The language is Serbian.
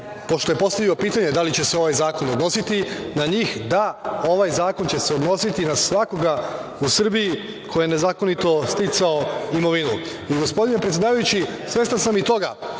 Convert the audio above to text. pošto je postavio pitanje da li će se ovaj zakon odnositi na njih, da, ovaj zakon će se odnositi na svakoga u Srbiji ko je nezakonito sticao imovinu. Gospodine predsedavajući, svestan sam i toga